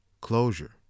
closure